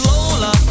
Lola